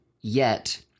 yet-